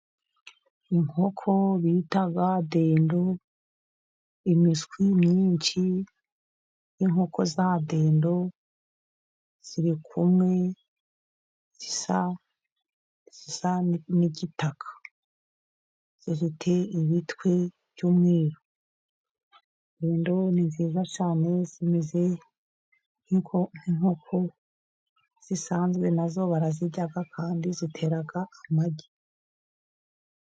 Inkoko bita dendo, imishwi myinshi y'inkoko za dendo ziri kumwe zisa n'igitaka. Zifite ibitwe by'umweru. Dendo ni nziza cyane, zimeze nk'inkoko zisanzwe, na zo barazirya kandi zitera amagi.